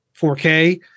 4K